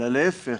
אלא להפך,